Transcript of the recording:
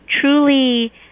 truly